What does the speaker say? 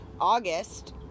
August